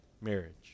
marriage